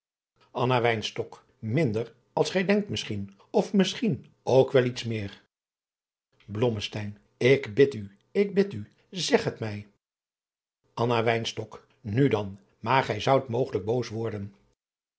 minder als gij denkt misschien of misschien ook wel iets meer blommesteyn ik bid u ik bid u zeg het mij anna wynstok nu dan maar gij zoudt mogelijk boos worden